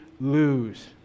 lose